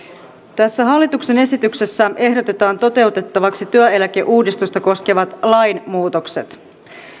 tässä hallituksen esityksessä ehdotetaan toteutettavaksi työeläkeuudistusta koskevat lainmuutokset